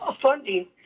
funding